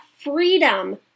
freedom